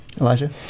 Elijah